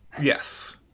yes